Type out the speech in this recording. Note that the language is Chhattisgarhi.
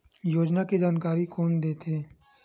योजना के जानकारी कोन दे थे?